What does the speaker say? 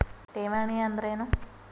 ಠೇವಣಿ ಅಂದ್ರೇನು?